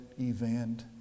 event